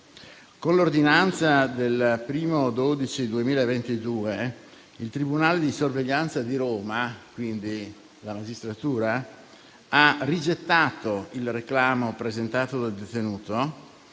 Con l'ordinanza del 1° dicembre 2022, il tribunale di sorveglianza di Roma (quindi la magistratura) ha rigettato il reclamo presentato dal detenuto